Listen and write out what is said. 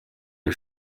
iri